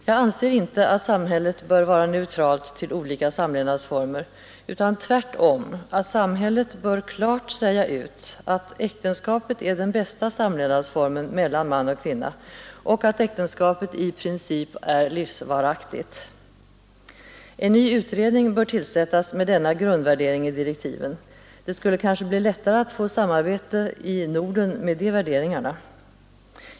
Jag anser inte att samhället bör vara neutralt till olika samlevnadsformer, utan jag anser tvärtom att samhället bör klart säga ut att äktenskapet är den bästa samlevnadsformen mellan man och kvinna och att äktenskapet i princip är livsvaraktigt. En ny utredning bör tillsättas med denna grundvärdering i direktiven. Det skulle kanske bli lättare att få samarbete i Norden med de värderingarna.